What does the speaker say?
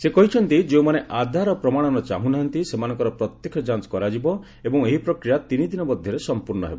ସେ କହିଛନ୍ତି ଯେଉଁମାନେ ଆଧାର ପ୍ରମାଣନ ଚାହୁଁନାହାନ୍ତି ସେମାନଙ୍କର ପ୍ରତ୍ୟକ୍ଷ ଯାଞ୍ଚ କରାଯିବ ଏବଂ ଏହି ପ୍ରକ୍ରିୟା ତିନିଦିନ ମଧ୍ୟରେ ସଂପୂର୍ଣ୍ଣ ହେବ